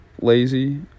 lazy